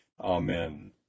Amen